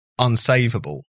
unsavable